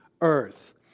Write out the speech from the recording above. earth